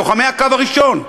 לוחמי הקו הראשון.